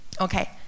Okay